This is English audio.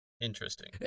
Interesting